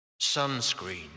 sunscreen